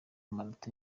marato